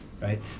Right